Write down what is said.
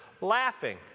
laughing